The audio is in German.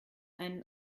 einen